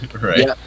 Right